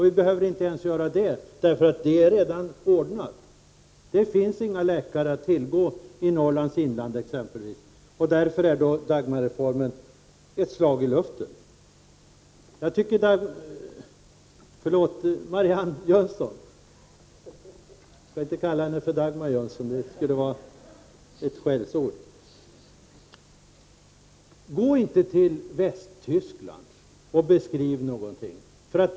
Vi behöver inte ens göra det, för det är redan ordnat. Det finns inga läkare att tillgå i Norrlands inland exempelvis, och därför är Dagmarreformen ett slag i luften. Jag tycker att Dagmar, förlåt, Marianne Jönsson — jag skall inte kalla henne för Dagmar Jönsson, det skulle vara ett skällsord — inte skall vända sig mot Västtyskland för att beskriva någonting.